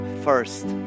first